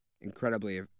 incredibly